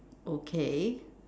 okay